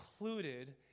included